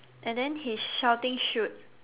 and then he's shouting shoot